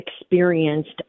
experienced